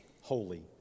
holy